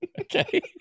Okay